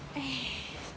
哎